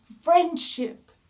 friendship